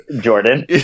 Jordan